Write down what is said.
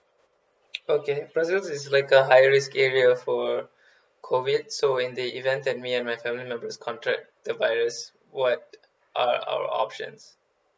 okay brazil is like a high risk area for COVID so in the event that me and my family members contract the virus what are our options